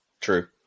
true